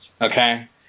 Okay